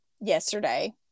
yesterday